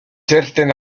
certain